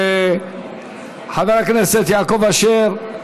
חבר הכנסת יעקב אשר,